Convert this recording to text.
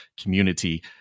community